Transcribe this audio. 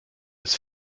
ist